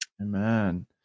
Amen